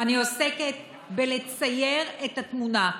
אני עוסקת בלצייר את התמונה.